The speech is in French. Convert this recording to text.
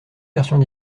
versions